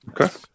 Okay